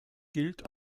gilt